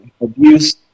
abuse